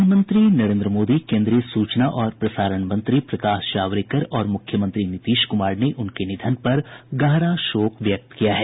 प्रधानमंत्री नरेन्द्र मोदी केन्द्रीय सुचना और प्रसारण मंत्री प्रकाश जावड़ेकर और मुख्यमंत्री नीतीश कुमार ने उनके निधन पर गहरा शोक व्यक्त किया है